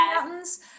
Mountains